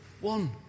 One